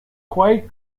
quite